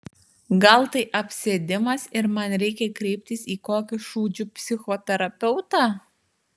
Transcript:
gal tai apsėdimas ir man reikia kreiptis į kokį šūdžių psichoterapeutą